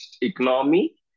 economy